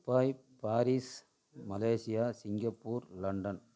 Dubai Paris Malaysia Singapore London